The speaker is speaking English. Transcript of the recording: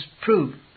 proof